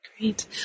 Great